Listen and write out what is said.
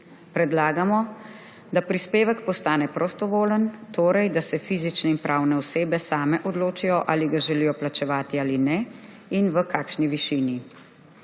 Predlagamo, da prispevek postane prostovoljen, torej da se fizične in pravne osebe same odločijo, ali ga želijo plačevati ali ne in v kakšni višini.